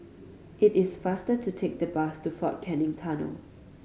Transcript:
it is faster to take the bus to Fort Canning Tunnel